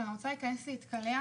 רוצה ללכת להתקלח,